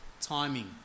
timing